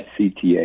CTA